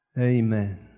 Amen